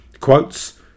Quotes